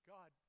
God